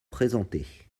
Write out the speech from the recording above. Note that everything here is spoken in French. présentées